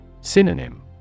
Synonym